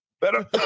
better